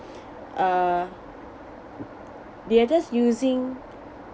uh they're just using